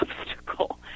obstacle